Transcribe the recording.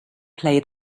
play